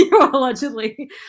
allegedly